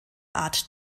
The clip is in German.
art